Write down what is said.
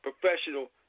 professional